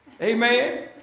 Amen